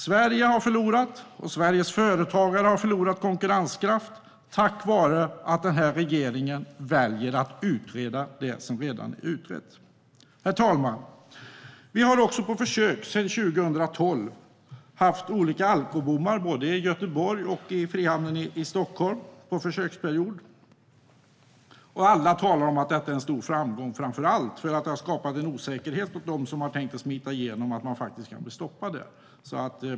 Sverige och Sveriges företagare har förlorat konkurrenskraft på grund av att den här regeringen väljer att utreda det som redan är utrett. Herr talman! Vi har på försök sedan 2012 haft alkobommar både i Göteborg och i Frihamnen i Stockholm. Alla talar om att detta är en stor framgång, framför allt eftersom det har skapat en osäkerhet hos dem som har tänkt smita igenom - de kan faktiskt bli stoppade.